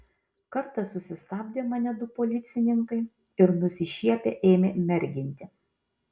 kartą susistabdė mane du policininkai ir nusišiepę ėmė merginti